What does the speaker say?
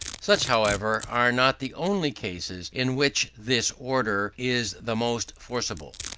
such, however, are not the only cases in which this order is the most forcible.